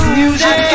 music